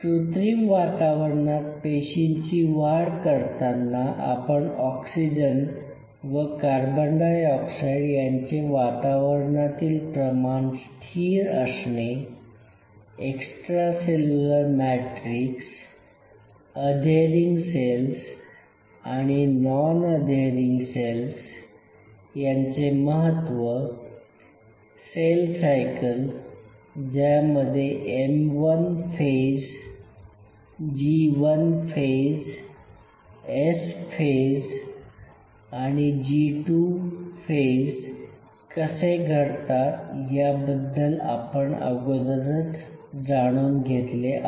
कृत्रिम वातावरणात पेशींची वाढ करताना आपण ऑक्सिजन व कार्बन डाय ऑक्साइड यांचे वातावरणातील प्रमाण स्थिर असणे extra cellular matrix adhering cells आणि नॉन अधेरिंग सेल्स यांचे महत्व सेल सायकल ज्यामध्ये M one phase G one phase S phase आणि जी२ कसे घडतात याबद्दल आपण अगोदरच जाणून घेतले आहे